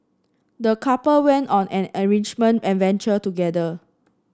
the couple went on an enrichment adventure together